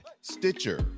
Stitcher